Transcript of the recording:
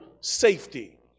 safety